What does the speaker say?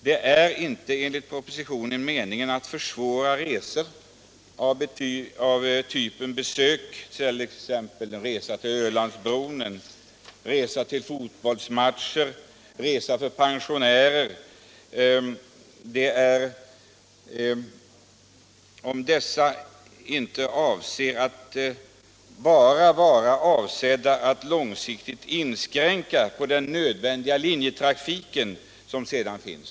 Det är inte enligt propositionen meningen att försvåra färder av typen resa till Ölandsbron, resor till fotbollsmatcher eller resor för pensionärer, om det inte är fråga om verksamheter som avser att långsiktigt inskränka den nödvändiga linjetrafiken.